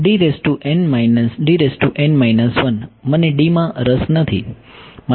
તો આ મને D માં રસ નથી મારે E અને H વચ્ચે રીલેશન જોઈએ છે